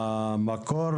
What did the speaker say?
המקור